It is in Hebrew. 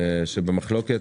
שנמצאות במחלוקת.